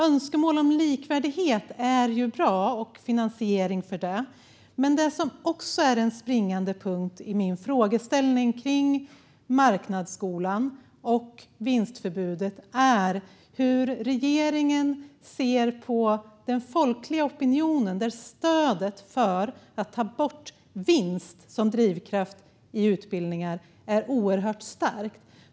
Önskemål om likvärdighet och finansiering för det är ju bra, men den springande punkten i min frågeställning kring marknadsskolan och vinstförbudet är hur regeringen ser på den folkliga opinionen, där stödet för att ta bort vinst som drivkraft i utbildningar är oerhört starkt.